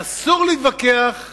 אסור להתווכח